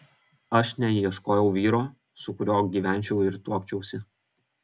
aš neieškojau vyro su kuriuo gyvenčiau ir tuokčiausi